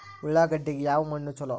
ಉಳ್ಳಾಗಡ್ಡಿಗೆ ಯಾವ ಮಣ್ಣು ಛಲೋ?